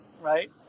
Right